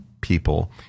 people